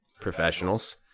professionals